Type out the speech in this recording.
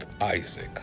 Isaac